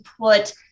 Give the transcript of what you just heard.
put